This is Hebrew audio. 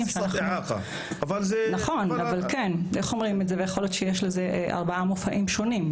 יכול להיות שיש לה ארבעה מופעים שונים,